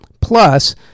Plus